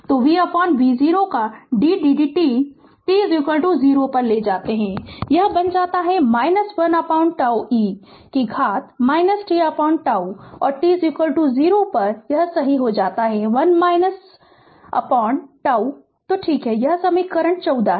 तो vv0 का d dt t 0 पर ले जाता है यह बन जाता है 1τ e को घात tτ और t 0 पर यह सही हो जाता है 1τ तो ठीक है यह समीकरण 14 है